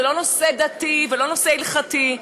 זה לא נושא דתי ולא נושא הלכתי,